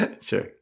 Sure